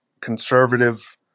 conservative